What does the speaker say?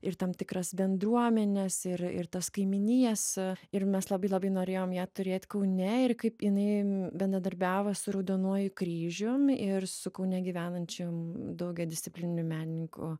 ir tam tikras bendruomenes ir ir tas kaimynijas ir mes labai labai norėjom ją turėt kaune ir kaip jinai bendadarbiavo su raudonuoju kryžium ir su kaune gyvenančiam daugiadisciplininiu menininku